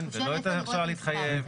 לא מצאתי לא את הקרן, לא את ההרשאה להתחייב.